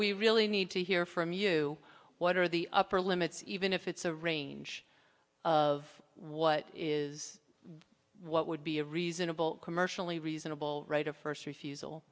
we really need to hear from you what are the upper limits even if it's a range of what is what would be a reasonable commercially reasonable right of first refusal